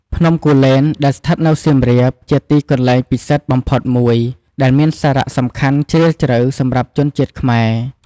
ភ្នំគូលែន ដែលស្ថិតនៅសៀមរាប ជាទីកន្លែងពិសិដ្ឋបំផុតមួយដែលមានសារៈសំខាន់ជ្រាលជ្រៅសម្រាប់ជនជាតិខ្មែរ។